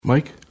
Mike